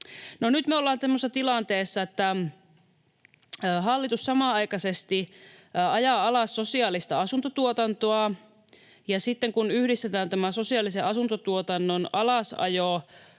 nyt me ollaan tämmöisessä tilanteessa, että hallitus samanaikaisesti ajaa alas sosiaalista asuntotuotantoa, ja sitten kun yhdistetään tämä sosiaalisen asuntotuotannon alasajo